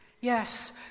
Yes